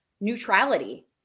Neutrality